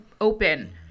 open